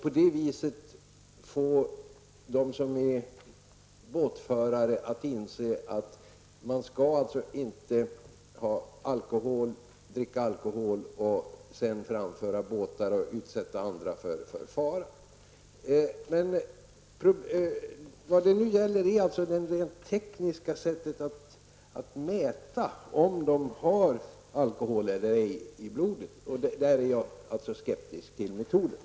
På det viset kan vi få båtförare att inse att man inte skall dricka alkohol i samband med framförandet av båtar och på så sätt utsätta andra människor för fara. Nu gäller det det rent tekniska sättet att mäta om en person har alkohol eller ej i blodet. Härvidlag är jag alltså skeptisk till metoden.